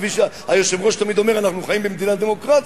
כפי שהיושב-ראש תמיד אומר: אנחנו חיים במדינה דמוקרטית,